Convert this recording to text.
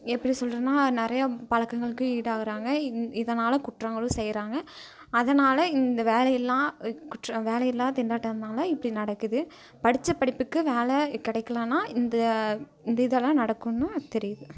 எப்படி சொல்கிறதுனா நிறையா பழக்கங்களுக்கு ஈடாக்கிறாங்க இதனா குற்றங்களுக்கும் செய்கிறாங்க அதனால் இந்த வேலையில்லா குற்ற வேலையில்லா திண்டாட்டம்னால் இப்படி நடக்குது படித்த படிப்புக்கு வேலை கிடைக்கலனா இந்த இந்த இதெல்லாம் நடக்குதுன்னு தெரியுது